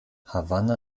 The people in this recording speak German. havanna